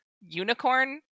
Unicorn